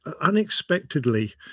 unexpectedly